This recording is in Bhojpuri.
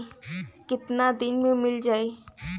कितना दिन में मील जाई?